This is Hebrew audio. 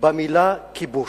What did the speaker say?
במלה "כיבוש".